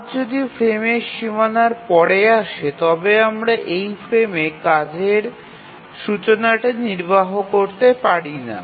কাজ যদি ফ্রেমের সীমানার পরে আসে তবে আমরা এই ফ্রেমে কাজের সূচনাটি নির্বাহ করতে পারি না